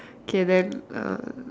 okay then uh